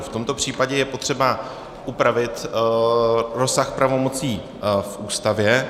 V tomto případě je potřeba upravit rozsah pravomocí v Ústavě.